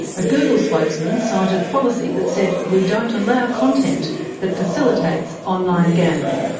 a google spokesman cited policy that said we don't allow content that facilitates online gambling.